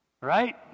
right